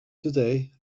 today